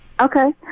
Okay